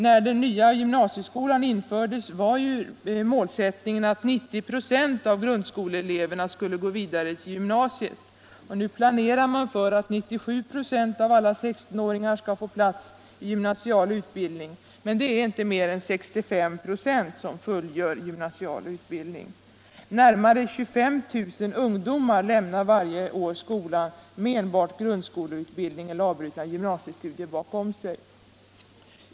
När den nya gymnasieskolan infördes, var målsättningen att 90 96 av grundskoleeleverna skulle gå vidare till gymnasiet. Nu inriktas utbyggnaden på att bereda 97 96 av alla 16-åringar tillträde till gymnasial utbildning. I dag fullgör dock inte mer än ca 65 96 av eleverna gymnasial utbildning. Närmare 25 000 ungdomar lämnar varje år skolan med enbart grundskoleutbildning eller avbrutna gymnasiestudier bakom sig.